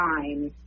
time